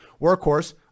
workhorse